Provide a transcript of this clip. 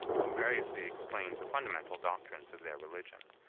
who variously explained the fundamental doctrines of their religion,